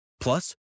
Plus